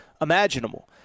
imaginable